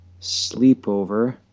sleepover